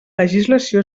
legislació